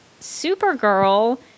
supergirl